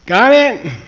got it?